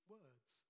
words